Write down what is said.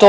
tog asistenta